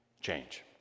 change